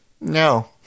no